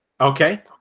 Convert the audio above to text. Okay